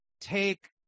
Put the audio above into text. take